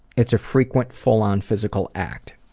it's a frequent full-on physical act.